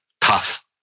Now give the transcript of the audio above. tough